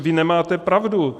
Vy nemáte pravdu.